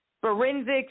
forensics